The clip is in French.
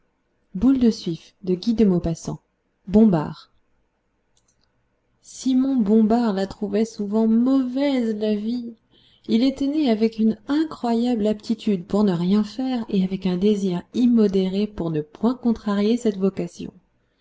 bombard simon bombard la trouvait souvent mauvaise la vie il était né avec une incroyable aptitude pour ne rien faire et avec un désir immodéré pour ne point contrarier cette vocation